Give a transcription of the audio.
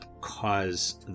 cause